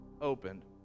opened